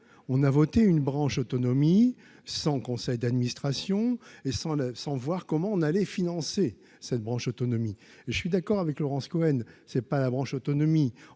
on a voté une branche autonomie sans conseil d'administration et sans, sans voir comment on allait financer cette branche autonomie, je suis d'accord avec Laurence Cohen, c'est pas la branche autonomie,